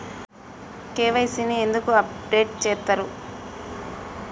KYC ని ఎందుకు update చేత్తరు?